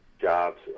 jobs